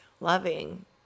loving